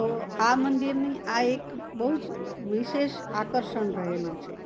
તો આ મંદિરની આ એક બહુ જ વિશેષ આકર્ષણ રહેલું છે